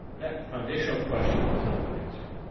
that foundational question has not been answered.